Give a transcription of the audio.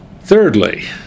Thirdly